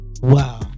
Wow